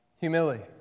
Humility